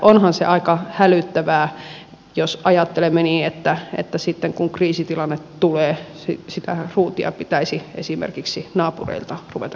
onhan se aika hälyttävää jos ajattelemme niin että sitten kun kriisitilanne tulee sitä ruutia pitäisi esimerkiksi naapureilta ruveta kyselemään